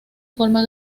forma